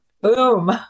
Boom